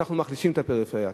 אנחנו מחלישים את הפריפריה.